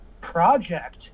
project